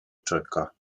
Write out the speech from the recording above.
czeka